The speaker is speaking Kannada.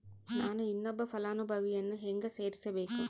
ನಾನು ಇನ್ನೊಬ್ಬ ಫಲಾನುಭವಿಯನ್ನು ಹೆಂಗ ಸೇರಿಸಬೇಕು?